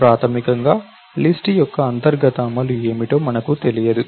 ప్రాథమికంగా లిస్ట్ యొక్క అంతర్గత అమలు ఏమిటో మనకు తెలియదు